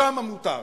שם מותר.